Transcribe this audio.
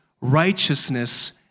righteousness